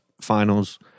Finals